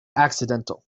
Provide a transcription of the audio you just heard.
accidental